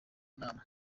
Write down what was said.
nama